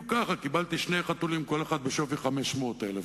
כל הדברים הללו הם באמת סיבה לדאגה.